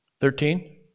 Thirteen